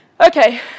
Okay